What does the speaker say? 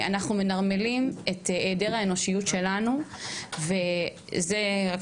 אנחנו מנרמלים את היעדר האנושיות שלנו וזו פגיעה מוסרית שלנו.